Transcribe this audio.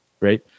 right